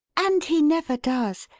and he never does.